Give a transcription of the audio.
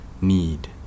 need